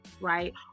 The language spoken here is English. right